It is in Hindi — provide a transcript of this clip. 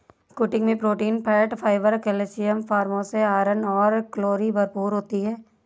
कुटकी मैं protein, fat, fibre, calcium, phosphorus, iron और कैलोरी भरपूर होती है